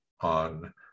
on